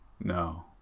No